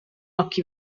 occhi